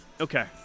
Okay